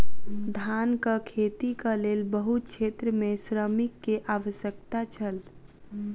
धानक खेतीक लेल बहुत क्षेत्र में श्रमिक के आवश्यकता छल